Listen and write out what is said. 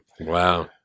Wow